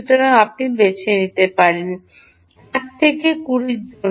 সুতরাং আপনি বেছে নিতে পারেন 1 টি 20 এর জন্য